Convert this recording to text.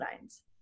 lines